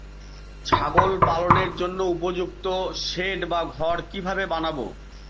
ছাগল পালনের জন্য উপযুক্ত সেড বা ঘর কিভাবে বানাবো?